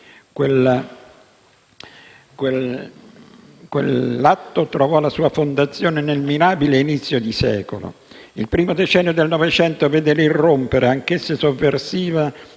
Quell'atto trova la sua fondazione nel mirabile inizio di secolo. Il primo decennio del Novecento vede l'irrompere, anch'esso sovversivo,